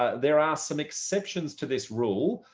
there are some exceptions to this rule.